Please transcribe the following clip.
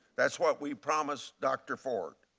that is what we promised dr ford.